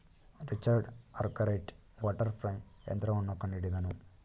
Richard Arkwright water frame ಯಂತ್ರವನ್ನು ಕಂಡುಹಿಡಿದನು